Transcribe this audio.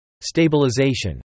Stabilization